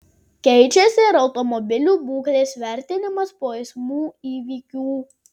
keičiasi ir automobilių būklės vertinimas po eismų įvykių